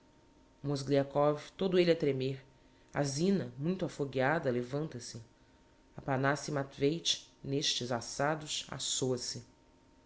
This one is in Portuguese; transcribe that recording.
mozgliakov todo elle a tremer a zina muito afogueada levanta-se aphanassi matveich n'estes assados assôa se